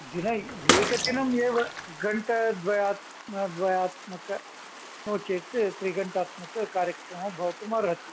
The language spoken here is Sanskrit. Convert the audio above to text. एक दिनम् एव घण्टाद्वया द्वयात्मक नो चेत् त्रिघण्टात्मक कार्यक्रमं भवतुम् अर्हति